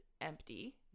empty